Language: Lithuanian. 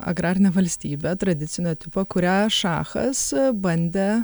agrarinė valstybė tradicinio tipo kurią šachas bandė